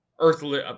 earthly